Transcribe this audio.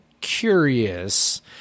curious